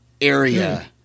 area